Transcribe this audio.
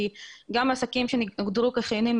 כי גם עסקים שהוגדרו כחיוניים,